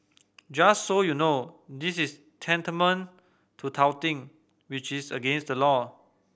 just so you know this is tantamount to touting which is against the law